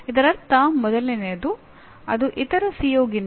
ಮತ್ತೊಮ್ಮೆ ನಾವು ಬೋಧನೆಯ ಮಾದರಿಗಳ ವಿವರಗಳನ್ನು ನೋಡಲು ಹೋಗುವುದಿಲ್ಲ